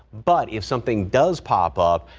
but if something does pop up,